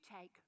take